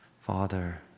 Father